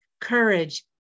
courage